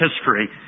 history